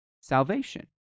salvation